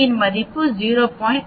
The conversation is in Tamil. p மதிப்பில் 0